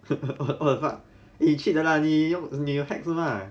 eh but 你 cheat 的 lah 你用你 attack 的是吗